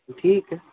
ٹھیک ہے